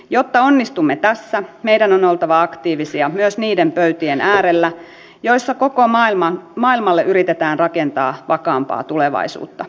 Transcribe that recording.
jotta onnistumme tässä meidän on oltava aktiivisia myös niiden pöytien äärellä joissa koko maailmalle yritetään rakentaa vakaampaa tulevaisuutta